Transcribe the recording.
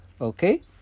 okay